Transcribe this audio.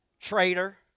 traitor